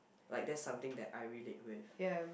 like that's something that I relate with